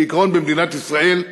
כעיקרון, במדינת ישראל,